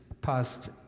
past